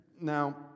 Now